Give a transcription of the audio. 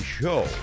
Show